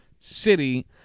City